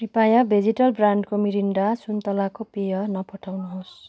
कृपया भेजिटल ब्रान्डको मिरिन्डा सुन्तलाको पेय नपठाउनुहोस्